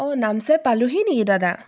অঁ নামচাই পালোঁহি নি দাদা